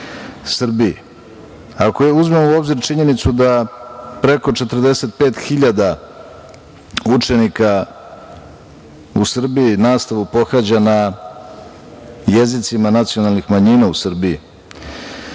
uzmemo u obzir činjenicu da preko 45.000 učenika u Srbiji nastavu pohađa na jezicima nacionalnih manjina u Srbiji,